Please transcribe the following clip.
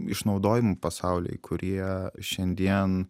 išnaudojimų pasauliai kurie šiandien